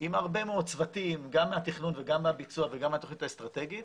עם הרבה מאוד צוותים גם מהתכנון וגם מהביצוע וגם מהתוכנית האסטרטגית